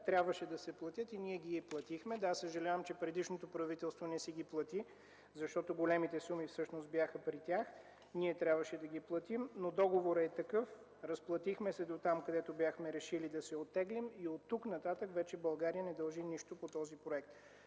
трябваше да се платят и ние ги платихме. Съжалявам, че предишното правителство не си ги плати, защото големите суми всъщност бяха при тях. Ние трябваше да ги платим, но договорът е такъв. Разплатихме се дотам, докъдето бяхме решили да се оттеглим. Оттук нататък вече България не дължи нищо по този проект.